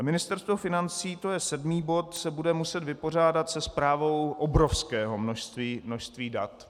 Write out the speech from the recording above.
Ministerstvo financí to je sedmý bod se bude muset vypořádat se správou obrovského množství dat.